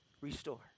restore